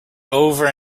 over